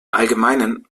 allgemeinen